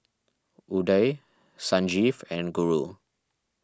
Udai Sanjeev and Guru